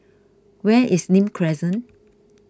where is Nim Crescent